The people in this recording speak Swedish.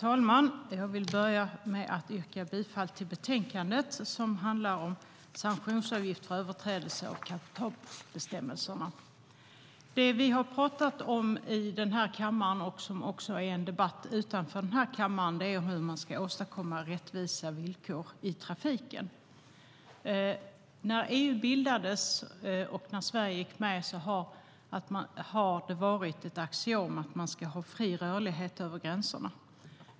Herr talman! Jag yrkar bifall till förslaget i betänkandet. Sanktionsavgift för överträdelse av cabotage-bestämmelserna Det vi har talat om i kammaren och som också är en debatt utanför kammaren är hur man ska åstadkomma rättvisa villkor i trafiken. Såväl när EU bildades som när Sverige gick med har det varit ett axiom att det ska vara fri rörlighet över gränserna.